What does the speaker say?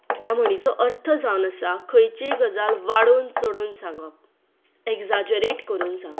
ह्या म्हणीचो अर्थ जावन आसा खंयची गजाल वाडोन चडोन सांगप एक्झाजूरेट करून सांगप